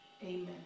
Amen